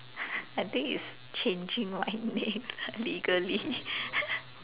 I think is changing my name legally